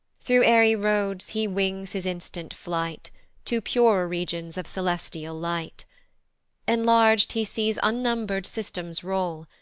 through airy roads he wings his instant flight to purer regions of celestial light enlarg'd he sees unnumber'd systems roll,